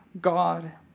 God